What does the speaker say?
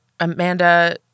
Amanda